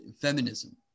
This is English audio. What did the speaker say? Feminism